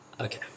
Okay